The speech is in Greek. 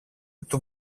του